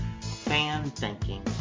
fan-thinking